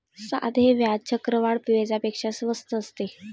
साधे व्याज चक्रवाढ व्याजापेक्षा स्वस्त असते